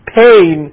pain